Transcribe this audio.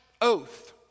oath